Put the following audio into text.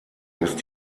ist